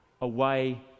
away